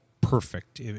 perfect